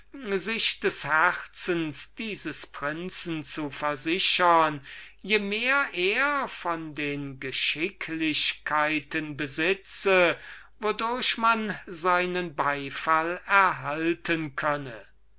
sich des herzens dieses prinzen zu versichern je mehr er von den geschicklichkeiten besitze wodurch man seinen beifall erhalten könne